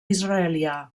israelià